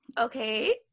okay